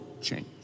change